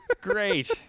Great